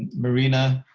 marina,